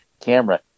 camera